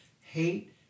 Hate